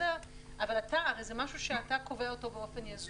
זה הרי משהו שאתה קובע אותו באופן יזום.